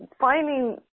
finding